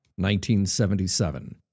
1977